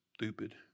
stupid